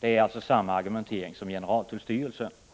Det är alltså samma argumentering som generaltullstyrelsen har fört fram.